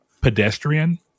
pedestrian